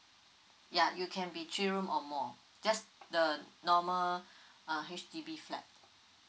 ya you can be three room or more just the normal uh H_D_B flat